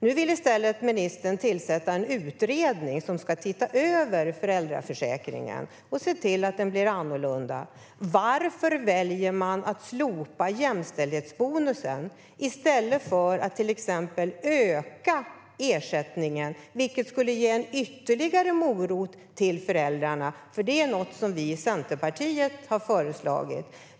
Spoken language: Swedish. Nu vill ministern i stället tillsätta en utredning som ska se över föräldraförsäkringen och se till att den blir annorlunda. Varför väljer man att slopa jämställdhetsbonusen i stället för att till exempel öka ersättningen, vilket vi i Centerpartiet har föreslagit? Det skulle ge en ytterligare morot till föräldrarna.